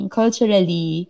culturally